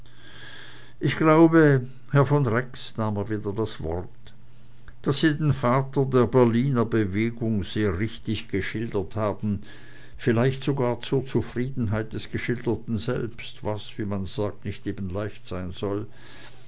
ich glaube herr von rex nahm er wieder das wort daß sie den vater der berliner bewegung sehr richtig geschildert haben vielleicht sogar zur zufriedenheit des geschilderten selbst was wie man sagt nicht eben leicht sein soll